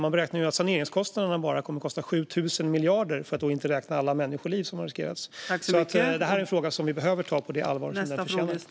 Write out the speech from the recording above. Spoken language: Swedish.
Man beräknar ju att bara saneringskostnaderna kommer att uppgå till 7 000 miljarder, för att då inte räkna alla människoliv som har riskerats. Detta är en fråga som vi behöver ta på det allvar som den förtjänar.